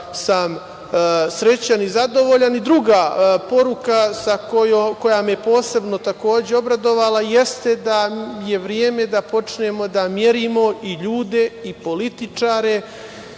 sam srećan i zadovoljan. Druga poruka koja me je posebno takođe obradovala jeste da je vreme da počnemo da merimo i ljude i političare